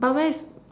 but where's